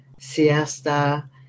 Siesta